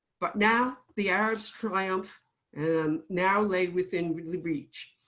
but now, the arab's triumph and now laid within reach.